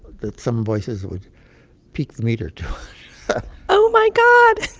that some voices would peak the meter tone oh my god.